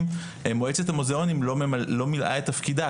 מועצת המוזיאונים לא מילאה את תפקידה,